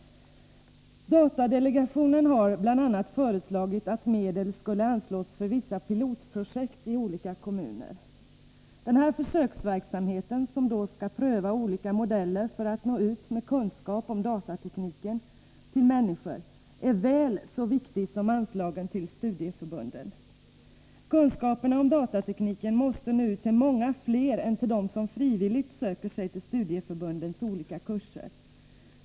Datadelegationen har bl.a. föreslagit att medel skall anslås för vissa pilotprojekt i olika kommuner. Den här försöksverksamheten, som skall pröva olika modeller för att nå ut med kunskap om datatekniken till människor, är väl så viktig som anslagen till studieförbunden. Kunskapen om datatekniken måste nå ut till många fler än till dem som frivilligt söker sig till studieförbundens olika kurser.